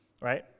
right